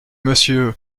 monsieur